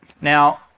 Now